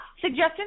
suggestions